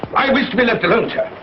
i wish to be left alone,